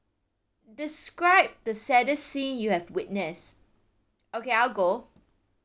describe the saddest scene you have witnessed okay I'll go